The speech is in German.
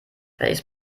welches